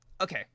Okay